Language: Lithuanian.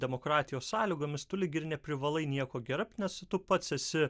demokratijos sąlygomis tu lyg ir neprivalai nieko gerbt nes tu pats esi